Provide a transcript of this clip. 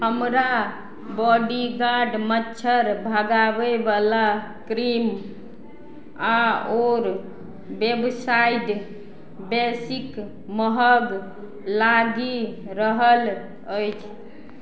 हमरा बॉडीगार्ड मच्छर भगाबय बला क्रीम आओर बेबसाइड बेसिक महग लागि रहल अछि